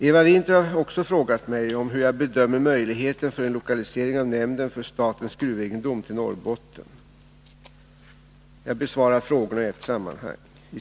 Eva Winther har också frågat mig om hur jag bedömer möjligheten för en lokalisering av nämnden för statens gruvegendom till Norrbotten. Jag besvarar frågorna i ett sammanhang.